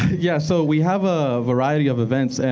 yeah, so we have a variety of events, and